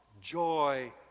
Joy